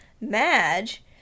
Madge